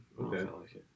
Okay